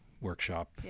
workshop